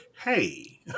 Hey